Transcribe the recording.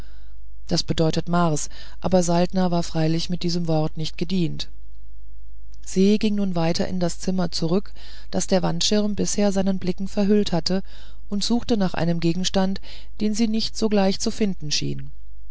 das bedeutet mars aber saltner war freilich mit diesem wort nicht gedient se ging nun weiter in das zimmer zurück das der wandschirm bisher seinen blicken verhüllt hatte und suchte nach einem gegenstand den sie nicht sogleich zu finden schien